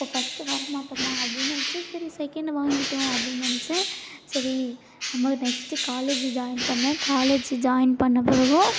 அப்போ ஃபஸ்ட்டு வரமாட்டோமா அப்படின்னு நினச்சேன் சரி செகண்ட்டு வாங்கிவிட்டோம் அப்படின்னு நினச்சேன் சரி நம்ம நெக்ஸ்ட்டு காலேஜ்ஜி ஜாயின் பண்ணிணேன் காலேஜ்ஜி ஜாயின் பண்ணப் பிறகும்